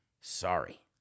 Sorry